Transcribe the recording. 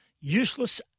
useless